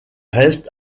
reste